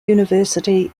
university